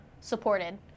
supported